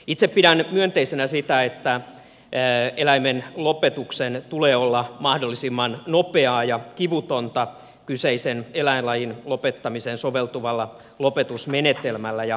itse pidän myönteisenä sitä että eläimen lopetuksen tulee olla mahdollisimman nopeaa ja kivutonta kyseisen eläinlajin lopettamiseen soveltuvalla lopetusmenetelmällä